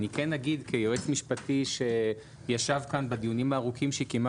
אני כן אגיד כיועץ משפטי שישב כאן בדיונים הארוכים שקיימה